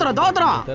and daughter ah